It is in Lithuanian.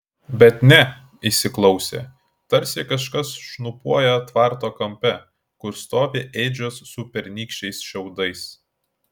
bet ne įsiklausė tarsi kažkas šnopuoja tvarto kampe kur stovi ėdžios su pernykščiais šiaudais